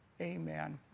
Amen